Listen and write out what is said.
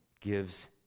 gives